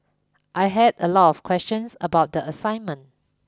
I had a lot of questions about the assignment